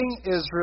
Israel